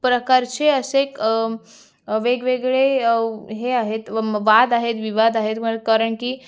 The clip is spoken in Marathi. प्रकारचे असे वेगवेगळे हे आहेत व बाद आहेत विवाद आहेत कारण की